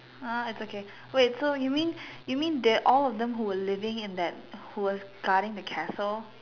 ah it's okay wait so you mean you mean they all of them who we living in that who was guarding the castle